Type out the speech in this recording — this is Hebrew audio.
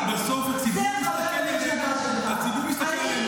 גברתי, בסוף הציבור מסתכל עלינו.